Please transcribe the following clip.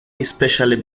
especially